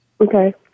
Okay